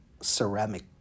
ceramic